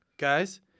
Guys